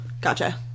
Gotcha